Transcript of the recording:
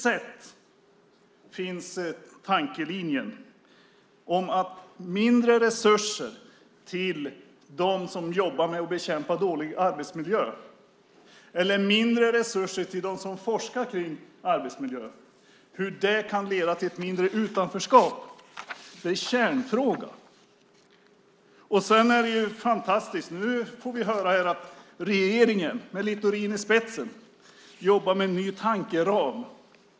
Hur kan mindre resurser till dem som jobbar med att bekämpa dålig arbetsmiljö eller mindre resurser till dem som forskar kring arbetsmiljö leda till ett mindre utanförskap? Det är kärnfrågan. Det är fantastiskt, för nu får vi höra här att regeringen med Littorin i spetsen jobbar med en ny tankeram.